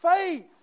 faith